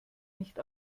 nicht